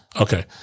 Okay